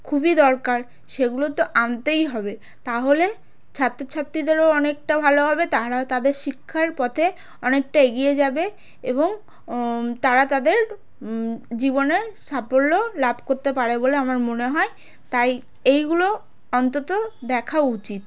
খুবই দরকার সেগুলো তো আনতেই হবে তাহলে ছাত্র ছাত্রীদেরও অনেকটা ভালো হবে তারা তাদের শিক্ষার পথে অনেকটা এগিয়ে যাবে এবং তারা তাদের জীবনের সাফল্য লাভ করতে পারে বলে আমার মনে হয় তাই এইগুলো অন্তত দেখা উচিত